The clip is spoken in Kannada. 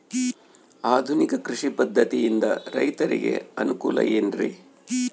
ಆಧುನಿಕ ಕೃಷಿ ಪದ್ಧತಿಯಿಂದ ರೈತರಿಗೆ ಅನುಕೂಲ ಏನ್ರಿ?